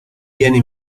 viene